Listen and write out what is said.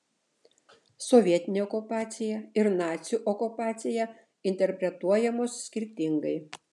sovietinė okupacija ir nacių okupacija interpretuojamos skirtingai